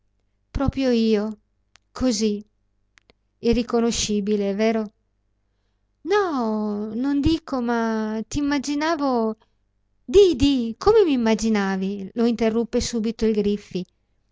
proprio io così irriconoscibile è vero no non dico ma t'immaginavo di di come m'immaginavi lo interruppe subito il griffi